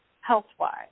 health-wise